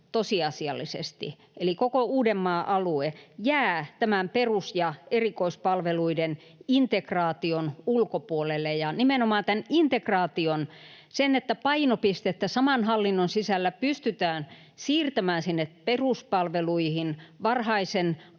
kolmasosa väestöstä, eli koko Uudenmaan alue, jää tämän perus- ja erikoispalveluiden integraation ulkopuolelle. Nimenomaan tämä integraatio, se, että painopistettä saman hallinnon sisällä pystytään siirtämään sinne peruspalveluihin, varhaisen